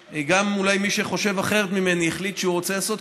ואולי גם מי שחושב אחרת ממני החליט שהוא רוצה לעשות,